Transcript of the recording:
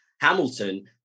Hamilton